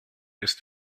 ist